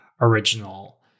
original